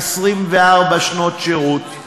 24 שנות שירות,